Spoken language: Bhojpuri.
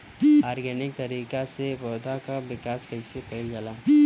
ऑर्गेनिक तरीका से पौधा क विकास कइसे कईल जाला?